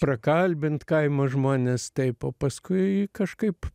prakalbint kaimo žmones taip o paskui kažkaip